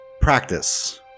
practice